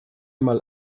mal